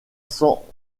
cent